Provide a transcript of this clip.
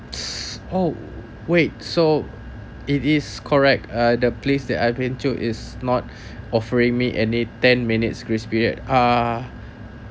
oh wait so it is correct uh the place that I've been to is not offering me any ten minutes grace period ah